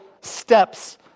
steps